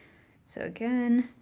so again,